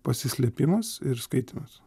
pasislėpimas ir skaitymas